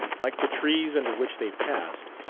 like the trees under which they passed,